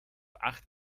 acht